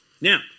Now